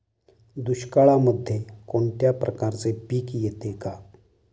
दुष्काळामध्ये कोणत्या प्रकारचे पीक येते का?